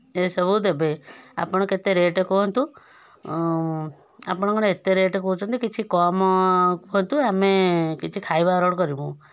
ଏ ସବୁ ଦେବେ ଆପଣ କେତେ ରେଟ୍ କୁହନ୍ତୁ ଆପଣ କ'ଣ ଏତେ ରେଟ୍ କହୁଛନ୍ତି କିଛି କମ କରନ୍ତୁ ଆମେ କିଛି ଖାଇବା ଅର୍ଡ଼ର୍ କରିବୁ